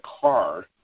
car